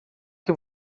que